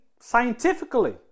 scientifically